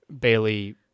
Bailey